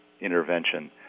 intervention